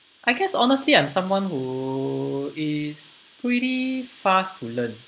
I guess honestly I'm someone who is pretty fast to learn